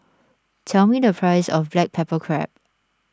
tell me the price of Black Pepper Crab